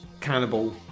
cannibal